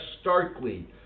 starkly